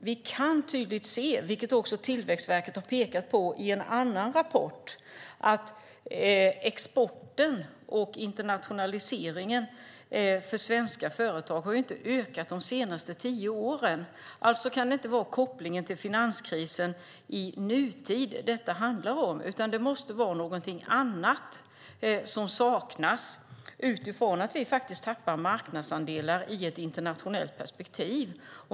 Vi kan tydligt se - och Tillväxtverket har i en annan rapport pekat på samma sak - att svenska företags export och internationalisering inte har ökat de senaste tio åren. Alltså kan det inte vara kopplingen till finanskrisen i nutid som detta handlar om, utan det måste vara något annat som saknas eftersom vi tappar marknadsandelar i ett internationellt perspektiv.